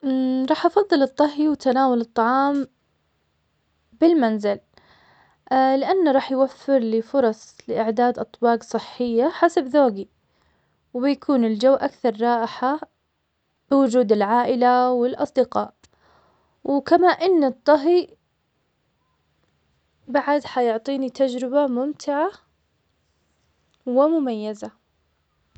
مم رح افضل الطهي وتناول الطعام. بالمنزل اه لانه راح يوفر لي فرص لاعداد اطباق صحية حسب ذوقي. وبيكون الجو اكثر رائحة بوجود العائلة والاصدقاء. وكما ان الطهي بعد حيعطيني تجربة ممتعة. ومميزة